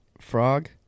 Frog